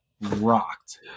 rocked